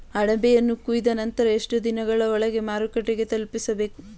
ಅಣಬೆಯನ್ನು ಕೊಯ್ದ ನಂತರ ಎಷ್ಟುದಿನದ ಒಳಗಡೆ ಮಾರುಕಟ್ಟೆ ತಲುಪಿಸಬೇಕು?